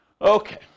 Okay